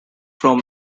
from